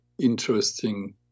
interesting